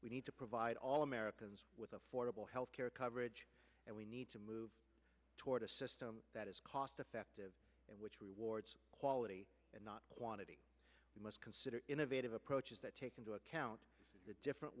we need to provide all americans with affordable health care coverage and we need to move toward a system that is cost effective and which rewards quality not quantity we must consider innovative approaches that take into account the different